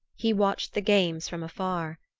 he watched the games from afar.